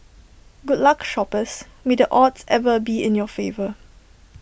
good luck shoppers may the odds ever be in your favour